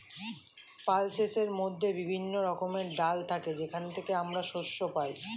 পালসেসের মধ্যে বিভিন্ন রকমের ডাল থাকে যেখান থেকে আমরা শস্য পাই